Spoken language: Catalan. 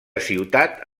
ciutat